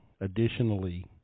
Additionally